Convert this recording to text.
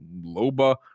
loba